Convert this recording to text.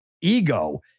ego